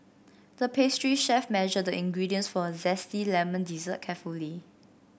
the pastry chef measured the ingredients for a zesty lemon dessert carefully